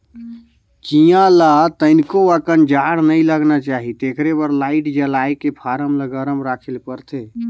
चीया ल तनिको अकन जाड़ नइ लगना चाही तेखरे बर लाईट जलायके फारम ल गरम राखे ले परथे